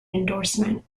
endorsement